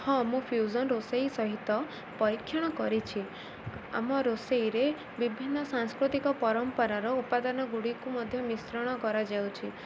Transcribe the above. ହଁ ମୁଁ ଫ୍ୟୁଜନ୍ ରୋଷେଇ ସହିତ ପରୀକ୍ଷଣ କରିଛି ଆମ ରୋଷେଇରେ ବିଭିନ୍ନ ସାଂସ୍କୃତିକ ପରମ୍ପରାର ଉପାଦାନ ଗୁଡ଼ିକୁ ମଧ୍ୟ ମିଶ୍ରଣ କରାଯାଉଛି